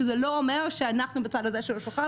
שאנחנו בצד הזה של השולחן,